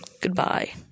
Goodbye